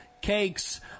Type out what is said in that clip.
cakes